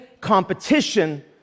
competition